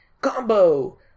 Combo